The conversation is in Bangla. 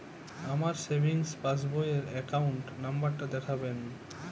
আমার সেভিংস পাসবই র অ্যাকাউন্ট নাম্বার টা দেখাবেন?